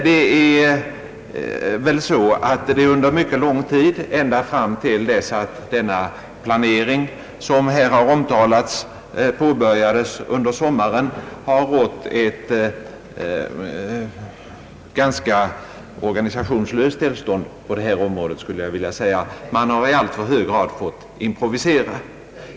Det är väl så att det under mycket lång tid — ända fram till dess att den pla nering som här omtalats påbörjades under sommaren — har rått ett ganska organisationslöst tillstånd på detta område. Man har i alltför hög grad fått improvisera.